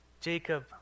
Jacob